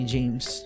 James